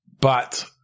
But-